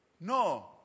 no